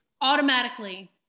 automatically